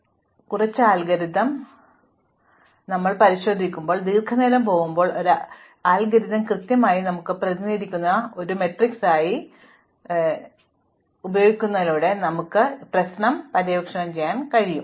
അതിനാൽ ഇത് ഞങ്ങൾക്ക് കുറച്ച് അൽഗോരിതം നൽകുന്നു ദീർഘനേരം പോകുമ്പോൾ ഞങ്ങൾ ഈ അൽഗോരിതം കൂടുതൽ കൃത്യമാക്കും എന്നാൽ ഈ പ്രാതിനിധ്യം ഒരു ക്രമീകരിക്കുന്ന സി മാട്രിക്സായി ഉപയോഗിക്കുന്നതിലൂടെ ഞങ്ങൾക്ക് ഈ മാട്രിക്സ് എടുത്ത് ഞങ്ങൾക്ക് ഉള്ള പ്രശ്നം പര്യവേക്ഷണം ചെയ്യാൻ ഉപയോഗിക്കാം